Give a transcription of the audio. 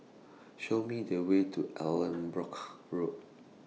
Show Me The Way to Allanbrooke Road